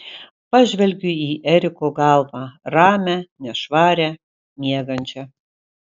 pažvelgiu į eriko galvą ramią nešvarią miegančią